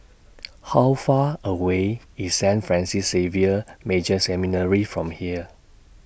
How Far away IS Saint Francis Xavier Major Seminary from here